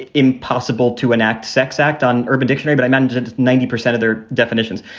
ah impossible to enact sex act on urban dictionary. but i mentioned ninety percent of their definitions.